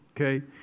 okay